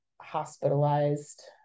hospitalized